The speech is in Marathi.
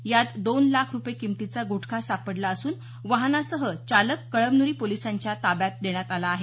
यात दोन लाख रूपये किंमतीचा गुटखा सापडला असून वाहनासह चालक कळमन्री पोलिसांच्या ताब्यात देण्यात आलं आहे